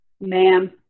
Ma'am